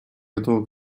готова